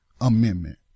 Amendment